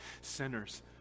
sinners